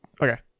Okay